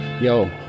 Yo